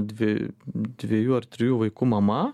dvi dviejų ar trijų vaikų mama